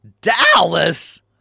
dallas